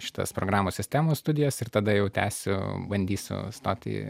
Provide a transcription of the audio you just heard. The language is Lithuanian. šitas programų sistemų studijas ir tada jau tęsiu bandysiu stoti į